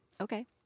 Okay